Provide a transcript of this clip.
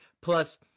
plus